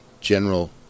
general